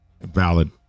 valid